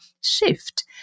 shift